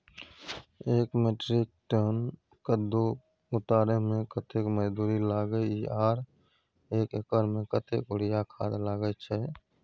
एक metric ton कद्दू उतारे में कतेक मजदूरी लागे इ आर एक एकर में कतेक यूरिया खाद लागे छै?